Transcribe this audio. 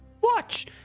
watch